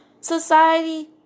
society